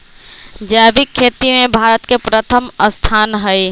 जैविक खेती में भारत के प्रथम स्थान हई